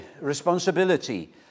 responsibility